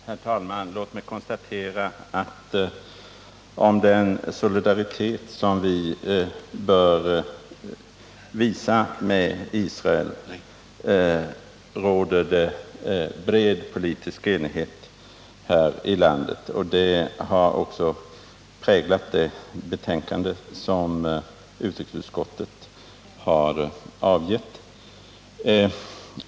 Herr talman! Låt mig konstatera att om den solidaritet som vi bör visa med Israel råder det bred politisk enighet här i landet. Detta har också präglat det betänkande som utrikesutskottet avgett.